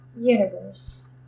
universe